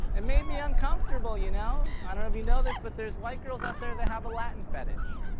it made me uncomfortable, you know. i don't know if you know this but there are white girls out there that have a latin fetish.